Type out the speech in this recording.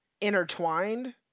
intertwined